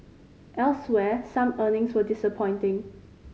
elsewhere some earnings were disappointing